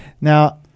Now